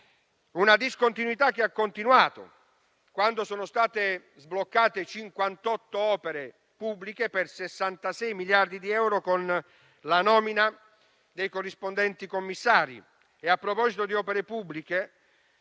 La discontinuità c'è stata anche quando sono state sbloccate 58 opere pubbliche per 66 miliardi di euro, con la nomina dei corrispondenti commissari. A proposito di opere pubbliche,